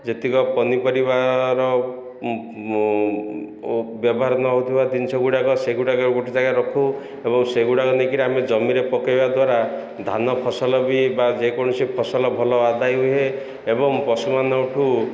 ଯେତିକି ପନିପରିବାର ବ୍ୟବହାର ନ ହଉଥିବା ଜିନିଷ ଗୁଡ଼ାକ ସେଗୁଡ଼ାକ ଗୋଟିଏ ଜାଗା ରଖୁ ଏବଂ ସେଗୁଡ଼ାକ ନେଇକିରି ଆମେ ଜମିରେ ପକେଇବା ଦ୍ୱାରା ଧାନ ଫସଲ ବି ବା ଯେକୌଣସି ଫସଲ ଭଲ ଆଦାୟ ହୁଏ ଏବଂ ପଶୁମାନଙ୍କଠୁ